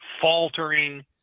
faltering